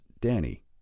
Danny